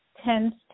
tends